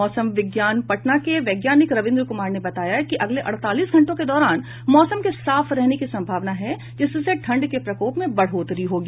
मौसम विज्ञान पटना के वैज्ञानिक रविन्द्र कुमार ने बताया कि अगले अड़तालीस घंटों के दौरान मौसम के साफ रहने की संभावना है जिससे ठंड के प्रकोप में बढ़ोतरी होगी